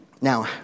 Now